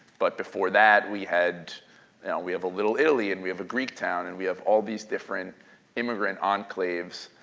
but before that we had we have a little italy, and we have a greek town, and we have all these different immigrant enclaves.